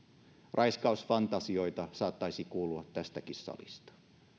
raiskausfantasioita saattaa kuulua tästäkin salista